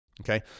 Okay